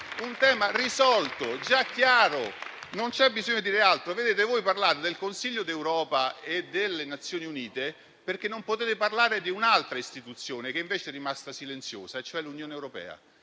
un tema risolto e già chiaro, non c'è bisogno di dire altro. Voi parlate del Consiglio d'Europa e delle Nazioni Unite perché non potete parlare di un'altra istituzione che invece è rimasta silenziosa, l'Unione europea,